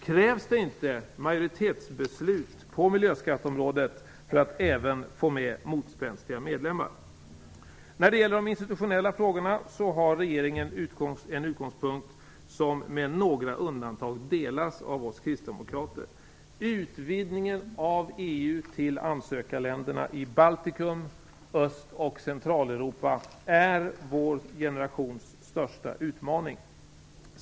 Krävs det inte majoritetsbeslut på miljöskatteområdet för att även få med motspänstiga medlemmar? När det gäller de institutionella frågorna har regeringen en utgångspunkt som med några undantag delas av oss kristdemokrater. Utvidgningen av EU till ansökarländerna i Baltikum, Öst och Centraleuropa är vår generations största utmaning.